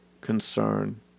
concern